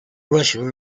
russia